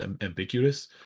ambiguous